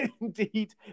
Indeed